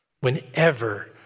Whenever